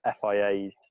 FIA's